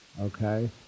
okay